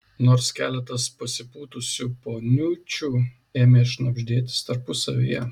nors keletas pasipūtusių poniučių ėmė šnabždėtis tarpusavyje